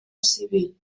civil